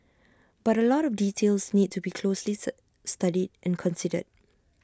but A lot of details need to be closely sir studied and considered